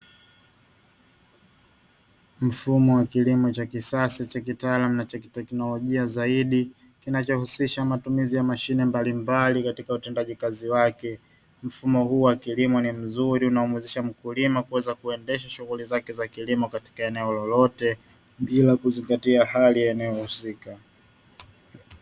Mfumo wa kilimo cha kisasa cha kitaalamu na kiteknolojia zaidi kinachohusisha matumizi ya mashine mbalimbali katika utendaji kazi wake, mfumo huu wa kilimo ni mzuri unaomuwezesha mkulima kuweza kuendesha shughuli zake za kilimo katika eneo lolote bila kuzingatia hali ya eneo husika.